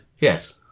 Yes